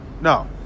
No